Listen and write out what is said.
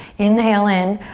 inhale in,